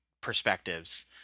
perspectives